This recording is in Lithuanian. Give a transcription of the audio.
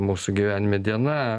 mūsų gyvenime diena